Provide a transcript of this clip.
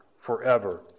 forever